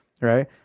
right